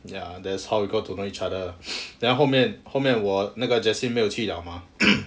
ya that's how we got to know each other lah then 后面后面我那个 jesley 没有去了 mah